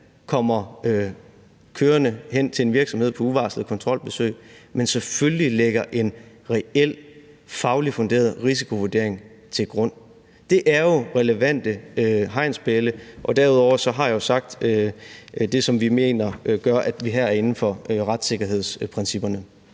kommer kørende hen til en virksomhed på uvarslede kontrolbesøg, men selvfølgelig lægger en reel fagligt funderet risikovurdering til grund. Det er jo relevante hegnspæle. Derudover har jeg jo nævnt det, som vi mener gør, at vi her er inden for retssikkerhedsprincipperne.